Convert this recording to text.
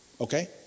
Okay